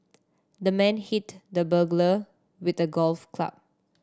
the man hit the burglar with a golf club